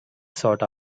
sought